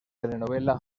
telenovela